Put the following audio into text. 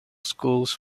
schools